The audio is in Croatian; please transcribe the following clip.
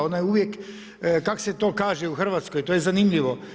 Ona je uvijek kak' se to kaže u Hrvatskoj to je zanimljivo.